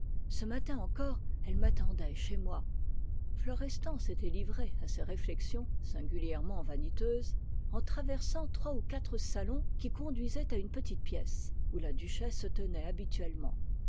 ce matin encore elle m'attendait chez moi florestan s'était livré à ces réflexions singulièrement vaniteuses en traversant trois ou quatre salons qui conduisaient à une petite pièce où la duchesse se tenait habituellement